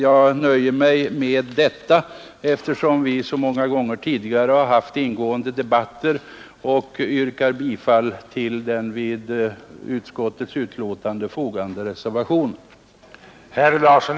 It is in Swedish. Jag nöjer mig med detta, eftersom vi så många gånger tidigare har haft ingående debatter, och yrkar bifall till den vid utskottsbetänkandet fogade reservationen.